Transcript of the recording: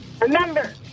remember